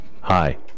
Hi